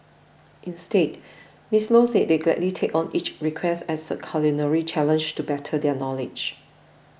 instead Miss Low said they gladly take on each request as a culinary challenge to better their knowledge